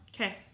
Okay